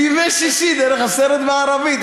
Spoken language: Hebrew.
או מגייס בימי שישי דרך הסרט בערבית,